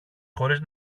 χωρίς